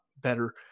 better